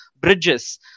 bridges